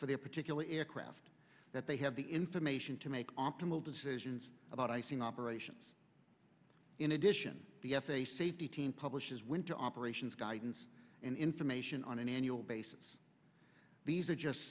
for their particular aircraft that they have the information to make optimal decisions about icing operations in addition the f a a safety team publishes winter operations guidance and information on an annual basis these are just